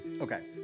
Okay